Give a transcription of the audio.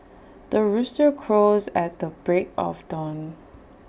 the rooster crows at the break of dawn